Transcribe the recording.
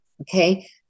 Okay